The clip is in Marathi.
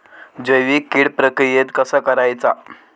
जैविक कीड प्रक्रियेक कसा करायचा?